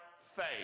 faith